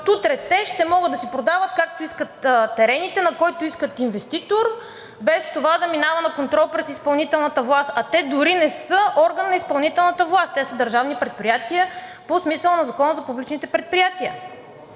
утре те ще могат да си продават както искат терените, на който искат инвеститор, без това да минава на контрол през изпълнителната власт. А те дори не са орган на изпълнителната власт, те са държавни предприятия по смисъла на Закона за публичните предприятия.